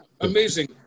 Amazing